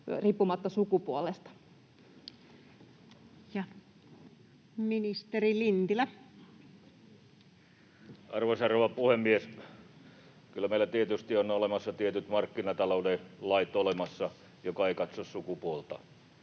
päällä siellä. Ministeri Lintilä. Arvoisa rouva puhemies! Kyllä meillä tietysti on olemassa tietyt markkinatalouden lait, jotka eivät katso sukupuolta.